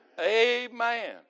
Amen